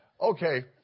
Okay